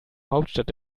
hauptstadt